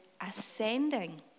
ascending